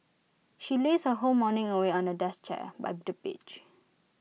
she lazed her whole morning away on A desk chair by the beach